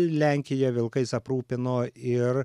lenkija vilkais aprūpino ir